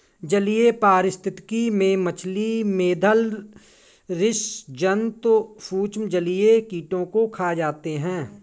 जलीय पारिस्थितिकी में मछली, मेधल स्सि जन्तु सूक्ष्म जलीय कीटों को खा जाते हैं